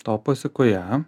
to pasekoje